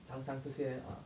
尝尝这些啊